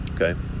okay